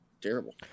terrible